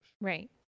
Right